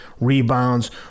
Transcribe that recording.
rebounds